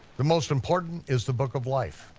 the most important is the book of life,